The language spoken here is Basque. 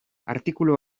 artikulu